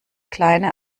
kleine